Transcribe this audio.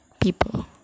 people